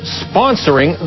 sponsoring